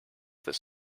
this